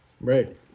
Right